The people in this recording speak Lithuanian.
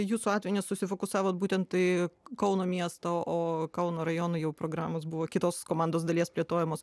jūsų atveju nesusifokusavot būtent į kauno miesto o kauno rajonui jau programos buvo kitos komandos dalies plėtojamos